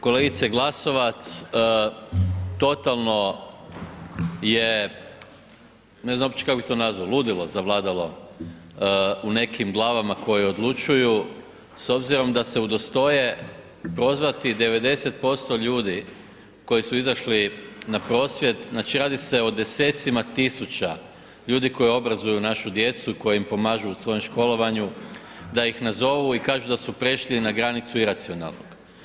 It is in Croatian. Kolegice Glasovac, totalno je ne znam kako bi to uopće nazvao, ludilo zavladalo u nekim glavama koje odlučuju s obzirom da se udostoje prozvati 90% ljudi koji su izašli na prosvjed, znači radi se o desecima tisuća ljudi koji obrazuju našu djecu i koji im pomažu u svom školovanju da ih nazovu i kažu da su prešli na granicu iracionalnog.